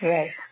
Right